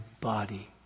body